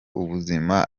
ubuzima